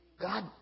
God